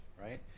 right